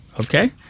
okay